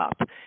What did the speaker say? up